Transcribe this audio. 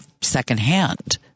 secondhand